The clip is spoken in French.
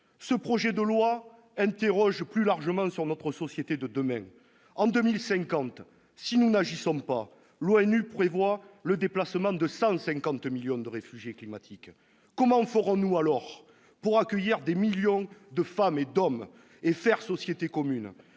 Ce projet de loi interroge plus largement sur notre société de demain. En 2050, si nous n'agissons pas, l'ONU prévoit le déplacement de 150 millions de réfugiés climatiques. Comment ferons-nous, alors, pour accueillir des millions de femmes et d'hommes et faire société commune,